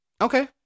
Okay